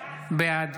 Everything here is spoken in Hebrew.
בעד